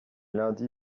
lundi